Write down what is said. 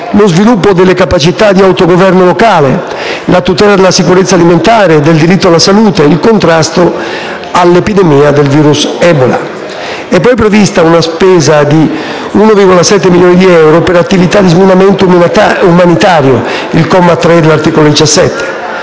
lo sviluppo delle capacità di autogoverno locale, la tutela della sicurezza alimentare e del diritto alla salute e il contrasto all'epidemia del virus Ebola. È poi prevista una spesa di 1,7 milioni euro per attività di sminamento umanitario (articolo 17,